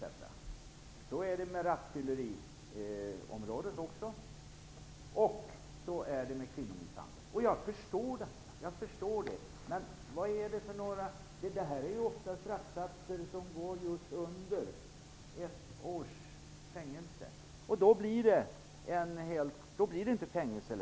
Detsamma gör de när det gäller de människor som har gjort sig skyldiga till rattfylleri och kvinnomisshandel. Jag förstår dem. Straffsatserna för dessa brott understiger ofta ett års fängelse, och då blir det inte fängelse.